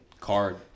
card